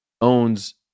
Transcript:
owns